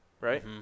Right